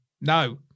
No